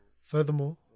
Furthermore